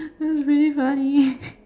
that was really funny